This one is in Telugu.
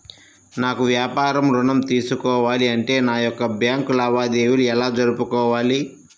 నాకు వ్యాపారం ఋణం తీసుకోవాలి అంటే నా యొక్క బ్యాంకు లావాదేవీలు ఎలా జరుపుకోవాలి?